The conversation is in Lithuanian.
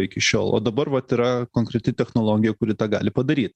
iki šiol o dabar vat yra konkreti technologija kuri tą gali padaryt